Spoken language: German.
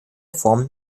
form